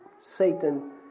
Satan